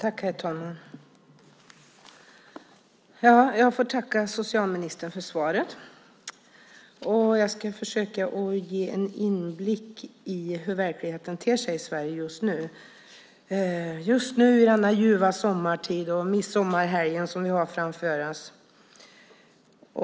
Herr talman! Jag får tacka socialministern för svaret. Jag ska försöka ge en inblick i hur verkligheten ter sig i Sverige just nu, i denna ljuva sommartid med midsommarhelgen framför oss.